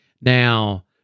Now